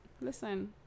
listen